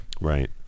right